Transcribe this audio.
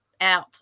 out